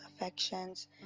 affections